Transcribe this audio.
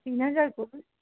তিন হাজার করুন